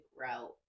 route